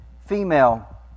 female